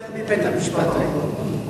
יותר מבית-המשפט העליון.